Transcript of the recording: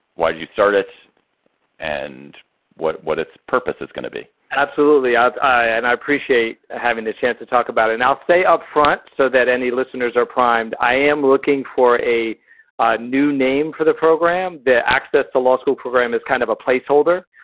why did you start it and what what its purpose is going to be? absolutely. ah and i appreciate having the chance to talk about it. and i'll say upfront so that any listeners are primed. i am looking for a new name for the program. the access to law school program is kind of a place holder.